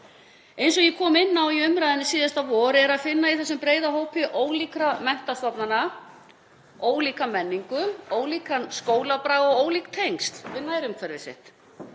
Eins og ég kom inn á í umræðunni síðasta vor er að finna í þessum breiða hópi ólíkra menntastofnana ólíka menningu, ólíkan skólabrag og ólík tengsl við nærumhverfi sitt.